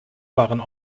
waren